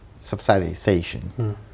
subsidization